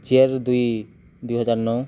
ଚାରି ଦୁଇ ଦୁଇହଜାର ନଅ